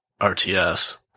RTS